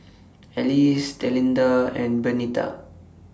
Alcie Delinda and Bernita